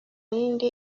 rindi